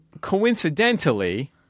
coincidentally